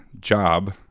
job